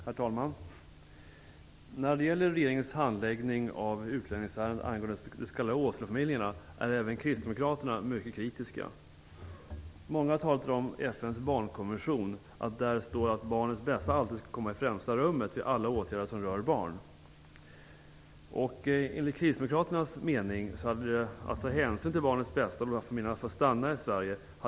Herr talman! När det gäller regeringens handläggning av utlänningsärendet angående de s.k. Åselefamiljerna är även kristdemokraterna mycket kritiska. Många har i dag talat om att det står i FN:s barnkonvention att barnens bästa alltid skall komma i främsta rummet vid alla åtgärder som rör barn. Enligt kristdemokraternas mening hade det varit att ta hänsyn till barnens bästa om de här familjerna hade fått stanna i Sverige.